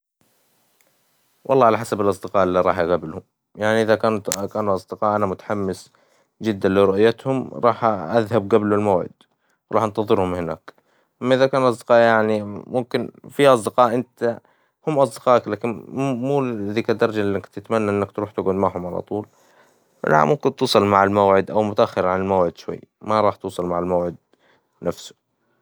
والله على حسب الأصدقاء إللي راح أقبلهم، يعني إذا كانوا أصدقاء أنا متحمس جدا لرؤيتهم راح أذهب قبل الموعد راح انتظرهم هناك، إذا كانوا أصدقاء يعني ممكن فيه أصدقاء إنت هم أصدقائك لكن مو لذيك الدرجة إللي تتمنى إنك تروح تقد معهم على طول، نعم ممكن توصل مع الموعد أو متاخر عن الموعد شوي ما راح توصل مع الموعد نفسه.